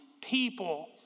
people